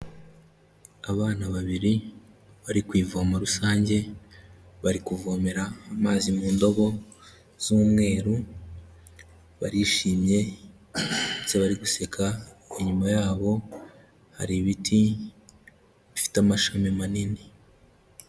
Abana babiri bari ku ivomo rusange, bari kuvomera amazi mu ndobo z'umweru, barishimye ndetse bari guseka, inyuma yabo hari ibiti bifite amashami manini.